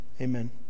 amen